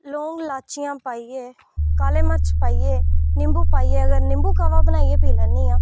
लोंग लाचियां पाइयै काले मर्च पाइयै निम्बू पाइये अगर निम्बू काह्बा बनाइयै पी लैन्नी आं